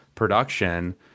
production